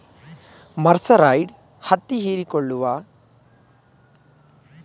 mercerised ಹತ್ತಿ ಹೀರಿಕೊಳ್ಳುವ ಮತ್ತು ಬಟ್ಟೆಗಳ ಕುಗ್ಗುವಿಕೆನ ಕಡಿಮೆ ಮಾಡ್ತದೆ